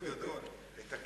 אני